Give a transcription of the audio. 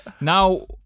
now